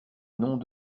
noms